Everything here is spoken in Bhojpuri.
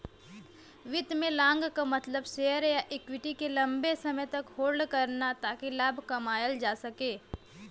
वित्त में लॉन्ग क मतलब शेयर या इक्विटी के लम्बे समय तक होल्ड करना ताकि लाभ कमायल जा सके